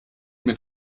mit